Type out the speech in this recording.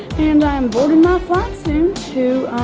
and i'm boarding my flight soon to